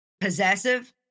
possessive